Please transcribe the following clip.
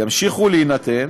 ימשיכו להינתן